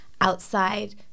outside